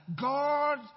God